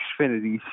Xfinity